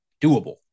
doable